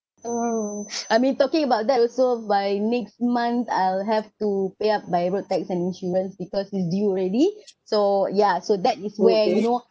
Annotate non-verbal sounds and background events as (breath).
I mean talking about that also by next month I'll have to pay up my road tax and insurance because it's due already (breath) so yeah so that is where you know